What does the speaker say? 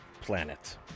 Planet